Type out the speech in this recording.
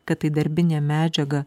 kad tai darbinė medžiaga